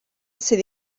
sydd